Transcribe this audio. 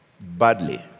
badly